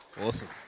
Awesome